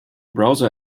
browser